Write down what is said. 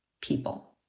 people